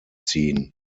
ziehen